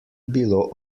bilo